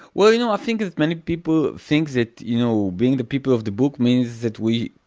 well you know, i think that many people think that, you know, being the people of the book means that we,